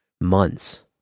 months